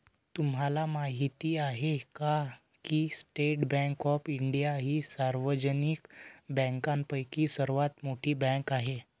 तुम्हाला माहिती आहे का की स्टेट बँक ऑफ इंडिया ही सार्वजनिक बँकांपैकी सर्वात मोठी बँक आहे